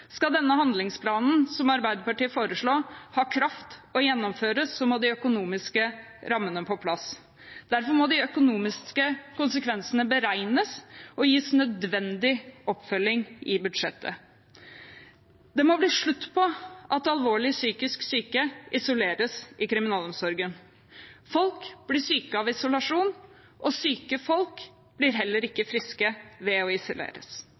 Skal denne handlingsplanen som Arbeiderpartiet foreslår, ha kraft og gjennomføres, må de økonomiske rammene på plass. Derfor må de økonomiske konsekvensene beregnes og gis nødvendig oppfølging i budsjettet. Det må bli slutt på at alvorlig psykisk syke isoleres i kriminalomsorgen. Folk blir syke av isolasjon, og syke folk blir heller ikke friske ved å isoleres.